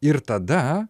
ir tada